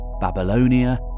Babylonia